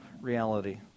reality